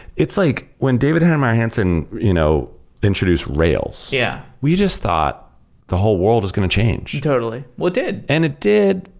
it's like when david heinemeier hansson you know introduce rails, yeah we just thought the whole world is going to change totally. well, it did and it did,